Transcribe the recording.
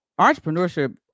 entrepreneurship